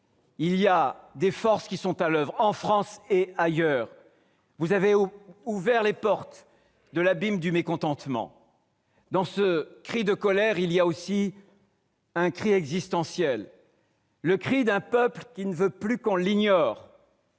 Des forces sont actuellement à l'oeuvre en France et dans le monde. Vous avez ouvert les portes de l'abîme du mécontentement. Dans ce cri de colère, il y a aussi un cri existentiel : le cri d'un peuple qui ne veut plus qu'on l'ignore,